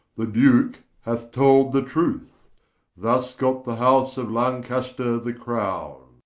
the duke hath told the truth thus got the house of lancaster the crowne